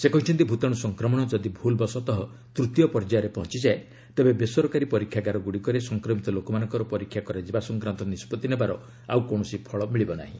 ସେ କହିଛନ୍ତି ଭୂତାଣୁ ସଂକ୍ରମଣ ଯଦି ଭୁଲବଶତଃ ତୂତୀୟ ପର୍ଯ୍ୟାୟରେ ପହଞ୍ଚିଯାଏ ତେବେ ବେସରକାରୀ ପରୀକ୍ଷାଗାରଗୁଡ଼ିକରେ ସଂକ୍ରମିତ ଲୋକମାନଙ୍କ ପରୀକ୍ଷା କରାଯିବା ସଂକ୍ରାନ୍ତ ନିଷ୍ପତ୍ତି ନେବାର ଆଉ କୌଣସି ଫଳ ମିଳିବ ନାହିଁ